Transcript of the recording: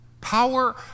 Power